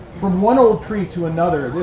from one old tree to another.